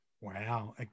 Wow